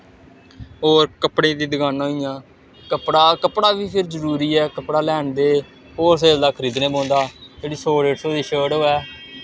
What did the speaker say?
होर कपड़े दी दकाना होई गेइयां कपड़ा कपड़ा फिर बी जरूरी ऐ कपड़ा लैंदे होल सेल दा खरीदने पौंदा जेह्ड़ी सौ डेढ़ सौ दी शर्ट होऐ